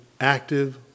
active